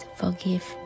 forgive